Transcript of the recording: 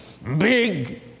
Big